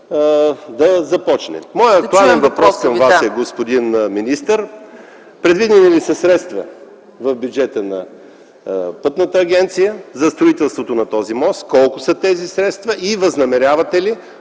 да започне. Моят актуален въпрос към Вас, господин министър е: предвидени ли са средства в бюджета на Пътната агенция за строителството на този мост? Колко са тези средства? Възнамерявате ли